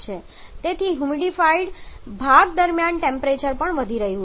તેથી હ્યુમિડિફાઇડ ભાગ દરમિયાન ટેમ્પરેચર પણ વધી રહ્યું છે